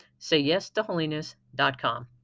sayyestoholiness.com